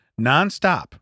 nonstop